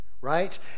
Right